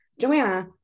Joanna